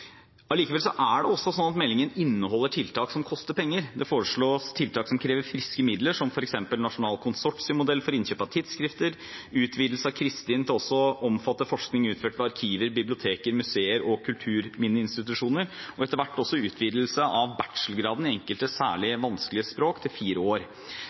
er det også sånn at meldingen inneholder tiltak som koster penger. Det foreslås tiltak som krever friske midler, som f.eks. nasjonal konsortiemodell for innkjøp av tidsskrifter, utvidelse av Cristin til også å omfatte forskning utført ved arkiver, biblioteker, museer og kulturminneinstitusjoner og etter hvert også utvidelse av bachelorgraden i enkelte særlig vanskelige språk til fire år.